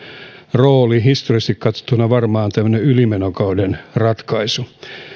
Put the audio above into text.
rooli ne ovat historiallisesti katsottuna varmaan tämmöinen ylimenokauden ratkaisu